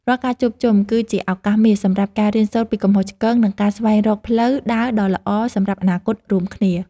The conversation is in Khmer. រាល់ការជួបជុំ គឺជាឱកាសមាសសម្រាប់ការរៀនសូត្រពីកំហុសឆ្គង និងការស្វែងរកផ្លូវដើរដ៏ល្អសម្រាប់អនាគតរួមគ្នា។